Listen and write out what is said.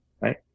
Right